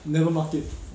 never market